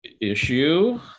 issue